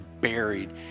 buried